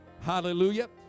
Hallelujah